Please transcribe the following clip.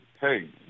hey